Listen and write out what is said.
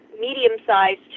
medium-sized